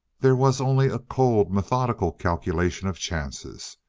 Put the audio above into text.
there was only a cold, methodical calculation of chances.